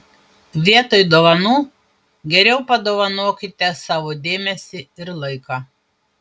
vietoj dovanų geriau padovanokite savo dėmesį ir laiką